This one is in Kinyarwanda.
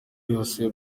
yose